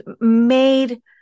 made